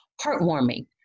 heartwarming